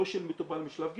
לא של מטופל משלב ג',